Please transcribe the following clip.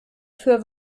für